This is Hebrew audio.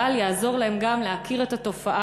אבל יעזור להם גם להכיר את התופעה,